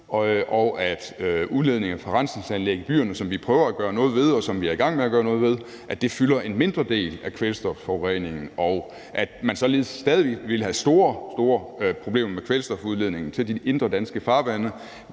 og at udledninger fra rensningsanlæg i byerne, som vi prøver at gøre noget ved, og som vi er i gang med at gøre noget ved, fylder en mindre del af kvælstofforureningen, og at man således stadig ville have store, store problemer med kvælstofudledningen til de indre danske farvande.